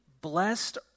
blessed